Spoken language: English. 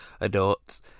Adults